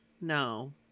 No